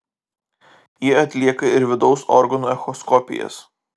ji atlieka ir vidaus organų echoskopijas